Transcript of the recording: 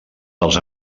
dels